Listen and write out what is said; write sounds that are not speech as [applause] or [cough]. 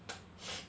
[noise] [breath]